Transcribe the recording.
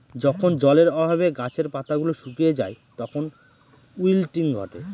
যখন জলের অভাবে গাছের পাতা গুলো শুকিয়ে যায় তখন উইল্টিং ঘটে